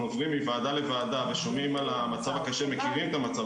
עוברים מוועדה לוועדה ושומעים על המצב הקשה,